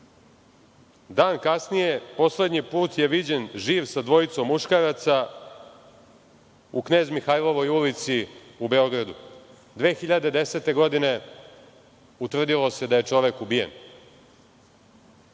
Dan kasnije, poslednji put je viđen živ sa dvojicom muškaraca u Knez Mihailovoj ulici u Beogradu. Godine 2010. godine utvrdilo se da je čovek ubijen. Da